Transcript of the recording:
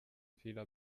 fehler